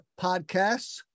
Podcasts